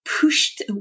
pushed